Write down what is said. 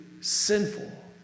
sinful